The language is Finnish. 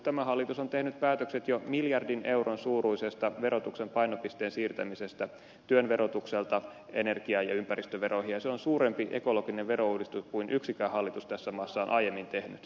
tämä hallitus on jo tehnyt päätökset miljardin euron suuruisesta verotuksen painopisteen siirtämisestä työn verotuksesta energia ja ympäristöveroihin ja se on suurempi ekologinen verouudistus kuin minkä yksikään hallitus tässä maassa on aiemmin tehty